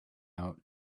out